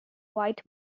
white